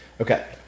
Okay